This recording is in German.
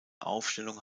aufstellung